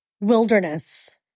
wilderness